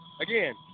Again